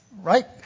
Right